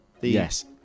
Yes